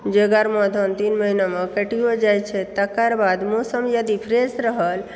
जे गरमा धान तीन महिनामऽ कटिओ जाइत छै तकर बाद मौसम यदि फ्रेश रहल